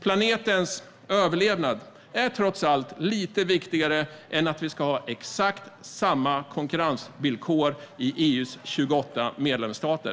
Planetens överlevnad är trots allt lite viktigare än att vi ska ha exakt samma konkurrensvillkor i EU:s 28 medlemsstater.